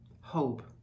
Hope